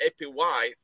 APY